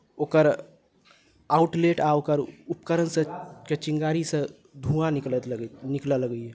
ओकर आउटलेट आ ओकर उपकरणसँ के चिङ्गारीसँ धुआँ निकलत लगै निकलय लगैए